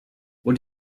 what